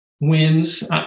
wins